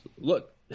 look